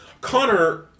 Connor